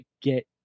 get